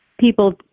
People